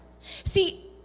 See